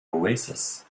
oasis